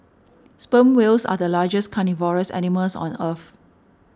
sperm whales are the largest carnivorous animals on earth